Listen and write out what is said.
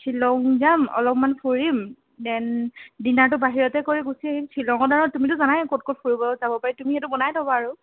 শ্বিলং যাম অলপমান ফুৰিম ডেন ডিনাৰটো বাহিৰতে কৰি গুচি আহিম শ্বিলংত আৰু তুমিতো জানাই ক'ত ক'ত ফুৰিব যাব পাৰি তুমি সেইটো বনাই থবা আৰু